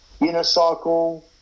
unicycle